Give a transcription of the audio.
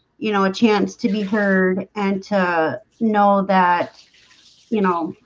you know a chance to be heard and to know that you know,